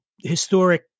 historic